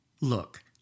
Look